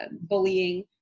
bullying